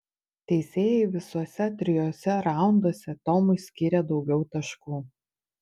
teisėjai visuose trijuose raunduose tomui skyrė daugiau taškų